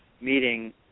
meeting